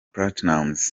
platnumz